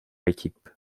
équipe